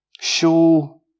Show